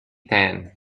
tent